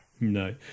No